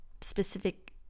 specific